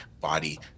body